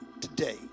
today